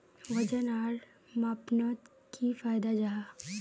वजन आर मापनोत की फायदा जाहा?